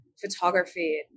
photography